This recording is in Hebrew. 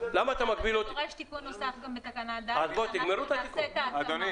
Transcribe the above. יש תיקון נוסף גם בתקנה (ד), נעשה את ההתאמה.